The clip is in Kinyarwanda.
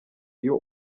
iyo